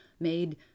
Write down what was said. made